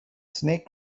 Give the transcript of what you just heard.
snake